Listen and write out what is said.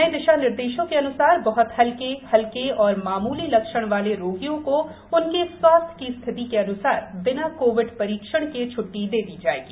नए दिशा निर्देशों के अनुसार बहुत हल्के हल्के और मामूली लक्षण वाले रोगियों को उनके स्वास्थ्य की स्थिति के अनुसार बिना कोविड परीक्षण के छुट्टी दे दी जाएगी